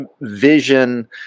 vision